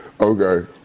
Okay